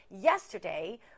yesterday